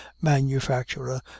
manufacturer